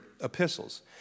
epistles